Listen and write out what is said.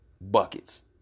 Buckets